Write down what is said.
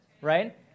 Right